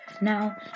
Now